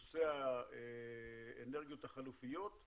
נושא האנרגיות החלופיות,